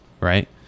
right